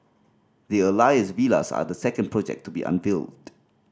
the Alias Villas are the second project to be unveiled